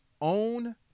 own